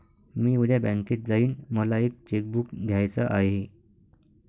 मी उद्या बँकेत जाईन मला एक चेक बुक घ्यायच आहे